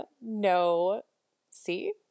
no-see